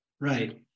Right